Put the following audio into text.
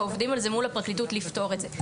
ועובדים על זה מול הפרקליטות לפתור זאת.